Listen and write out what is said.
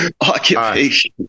occupation